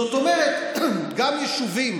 זאת אומרת, גם יישובים